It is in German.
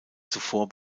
zuvor